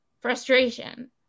frustration